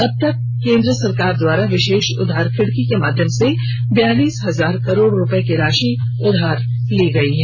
अब तक केंद्र सरकार द्वारा विशेष उधार खिड़की के माध्यम से बयालीस हजार करोड रुपये की राशि उधार ली गई है